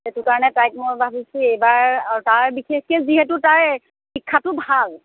সেইটো কাৰণে তাইক মই ভাবিছোঁ এইবাৰ তাৰ বিশেষকৈ যিহেতু তাৰ শিক্ষাটো ভাল